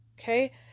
Okay